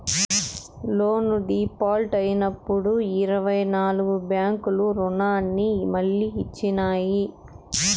loan default అయినప్పుడు ఇరవై నాల్గు బ్యాంకులు రుణాన్ని మళ్లీ ఇచ్చినాయి